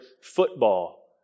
football